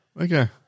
Okay